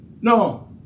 no